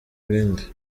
ibindi